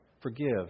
forgive